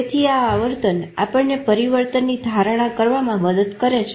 તેથી આ આવર્તન આપણને પરિવર્તનની ધારણા કરવામાં મદદ કરે છે